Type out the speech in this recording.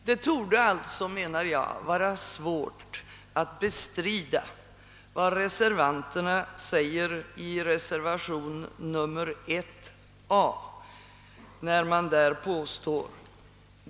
Jag menar alltså att det torde vara svårt att bestrida riktigheten i reservanternas skrivning i reservation 1a där det står följande.